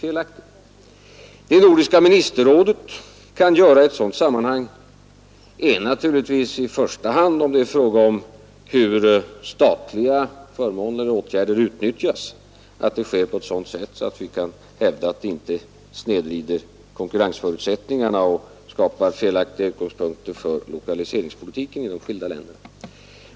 Vad det nordiska ministerrådet kan göra i sådana sammanhang är i första hand att se till att statliga förmåner och åtgärder utnyttjas på sådant sätt att det inte snedvrider konkurrensförutsättningarna och skapar felaktiga utgångspunkter för lokaliseringspolitiken i de skilda länderna.